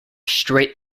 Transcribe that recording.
straight